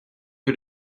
que